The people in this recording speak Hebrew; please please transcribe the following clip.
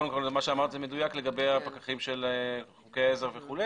קודם כל מה שאמרת זה מדויק לגבי הפקחים של חוקי העזר וכו',